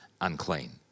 unclean